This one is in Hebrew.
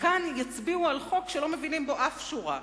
וכאן יצביעו על חוק שלא מבינים בו אף שורה.